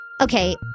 Okay